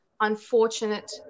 unfortunate